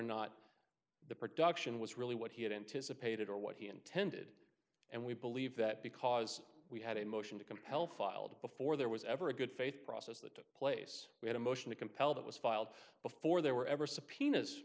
not the production was really what he had anticipated or what he intended and we believe that because we had a motion to compel filed before there was ever a good faith process that took place we had a motion to compel that was filed before there were ever subpoenas